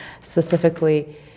specifically